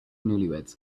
newlyweds